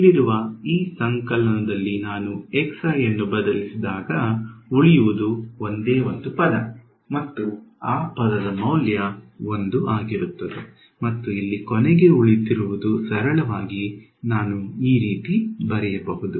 ಇಲ್ಲಿರುವ ಈ ಸಂಕಲನದಲ್ಲಿ ನಾನು ಅನ್ನು ಬದಲಿಸಿದಾಗ ಉಳಿಯುವುದು ಒಂದೇ ಒಂದು ಪದ ಮತ್ತು ಆ ಪದದ ಮೌಲ್ಯವು 1 ಆಗಿರುತ್ತದೆ ಮತ್ತು ಇಲ್ಲಿ ಕೊನೆಗೆ ಉಳಿದಿರುವುದು ಸರಳವಾಗಿ ನಾವು ಈ ರೀತಿ ಬರೆಯಬಹುದು